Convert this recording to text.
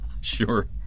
Sure